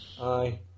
Aye